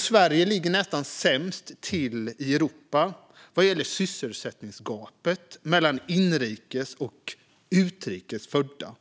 Sverige ligger nästan sämst till i Europa vad gäller sysselsättningsgapet mellan inrikes och utrikes födda.